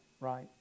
right